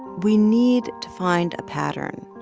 we need to find a pattern.